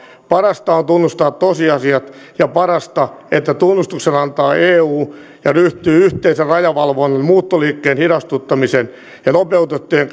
parasta on tunnustaa tosiasiat ja parasta että tunnustuksen antaa eu ja ryhtyy yhteisen rajavalvonnan muuttoliikkeen hidastuttamisen ja nopeutettujen